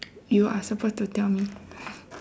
you are suppose to tell me